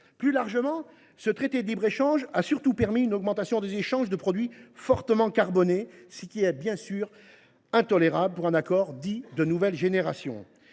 Plus largement, ce traité de libre échange a surtout permis une augmentation des échanges de produits fortement carbonés, ce qui est bien sûr intolérable pour un accord dit de « nouvelle génération